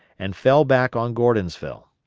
and fell back on gordonsville.